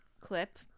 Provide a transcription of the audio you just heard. clip